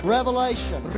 Revelation